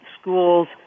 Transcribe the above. schools